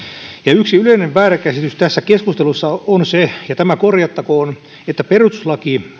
yksi yleinen väärä käsitys tässä keskustelussa on se ja tämä korjattakoon että perustuslaki